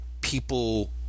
people